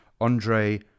Andre